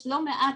יש לא מעט